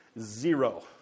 Zero